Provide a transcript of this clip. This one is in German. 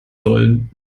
sollen